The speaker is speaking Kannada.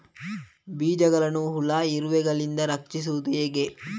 ಬೀಜವನ್ನು ಹುಳ, ಇರುವೆಗಳಿಂದ ರಕ್ಷಿಸುವುದು ಹೇಗೆ?